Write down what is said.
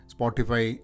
Spotify